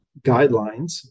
guidelines